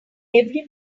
every